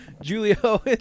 Julio